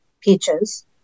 peaches